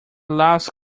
loves